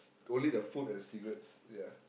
only the food and cigarettes ya